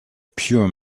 pure